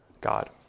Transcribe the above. God